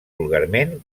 vulgarment